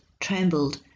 trembled